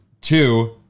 two